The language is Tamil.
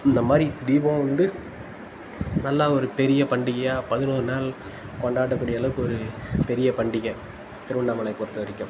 இந்தமாதிரி தீபம் வந்து நல்லா ஒரு பெரிய பண்டிகையாக பதினொரு நாள் கொண்டாடக்கூடியளவுக்கு ஒரு பெரிய பண்டிகை திருவண்ணாமலையை பொறுத்த வரைக்கும்